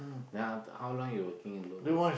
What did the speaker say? then after how long you working in